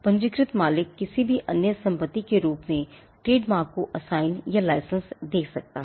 पंजीकृत मालिक किसी भी अन्य संपत्ति के रूप में ट्रेडमार्क को असाइन या लाइसेंस दे सकता है